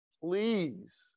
Please